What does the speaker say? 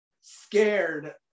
scared